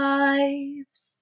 lives